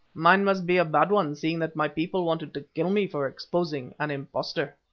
mine must be a bad one seeing that my people wanted to kill me for exposing an impostor.